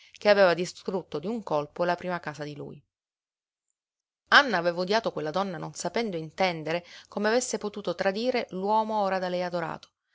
che aveva distrutto d'un colpo la prima casa di lui anna aveva odiato quella donna non sapendo intendere come avesse potuto tradire l'uomo ora da lei adorato